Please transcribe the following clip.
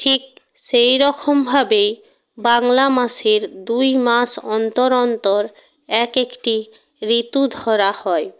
ঠিক সেই রকমভাবে বাংলা মাসের দুইমাস অন্তর অন্তর এক একটি ঋতু ধরা হয়